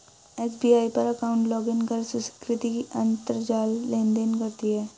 SBI पर account login कर सुकृति अंतरजाल लेनदेन करती है